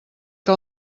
que